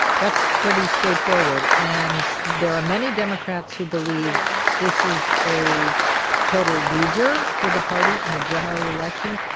that's pretty straightforward. and there are many democrats who believe this is a total loser for the party in a general election.